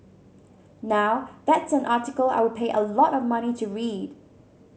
now that's an article I would pay a lot of money to read